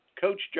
Coach